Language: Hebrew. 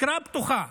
התקרה פתוחה